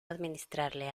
administrarle